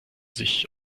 sich